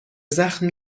زخم